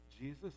Jesus